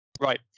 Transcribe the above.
Right